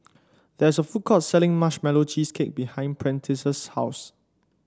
there is a food court selling Marshmallow Cheesecake behind Prentice's house